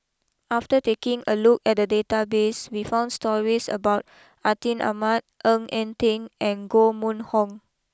after taking a look at the database we found stories about Atin Amat Ng Eng Teng and Koh Mun Hong